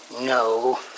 No